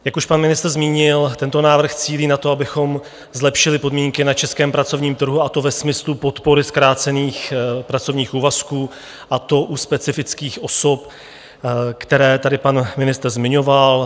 Jak už pan ministr zmínil, tento návrh cílí na to, abychom zlepšili podmínky na českém pracovním trhu, a to ve smyslu podpory zkrácených pracovních úvazků u specifických osob, které tady pan ministr zmiňoval.